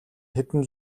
хэдэн